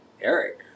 Eric